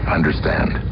Understand